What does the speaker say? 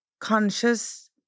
conscious